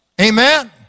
Amen